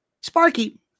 Sparky